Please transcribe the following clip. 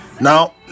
now